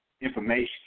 information